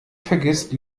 vergisst